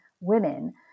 women